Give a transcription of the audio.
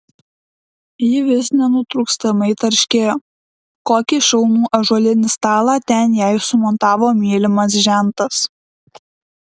ji vis nenutrūkstamai tarškėjo kokį šaunų ąžuolinį stalą ten jai sumontavo mylimas žentas